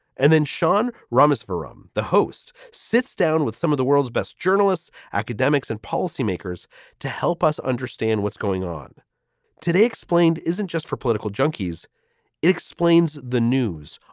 and then sean ramiz forum. the host sits down with some of the world's best journalists, academics and policymakers to help us understand what's going on today. explained isn't just for political junkies. it explains the news.